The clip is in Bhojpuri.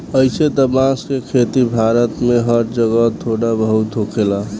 अइसे त बांस के खेती भारत में हर जगह थोड़ा बहुत होखेला